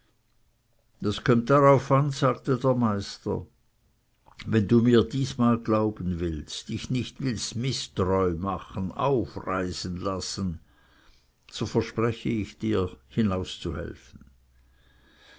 das kömmt darauf an sagte der meister wenn du mir diesmal glauben willst dich nicht willst mißtreu machen aufreisen lassen so verspreche ich dir hinauszuhelfen